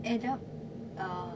add up uh